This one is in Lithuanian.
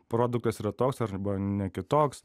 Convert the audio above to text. produktas yra toks arba na kitoks